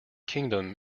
kingdom